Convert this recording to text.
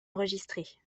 enregistrée